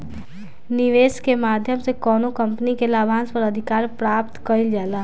निवेस के माध्यम से कौनो कंपनी के लाभांस पर अधिकार प्राप्त कईल जाला